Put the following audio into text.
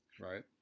Right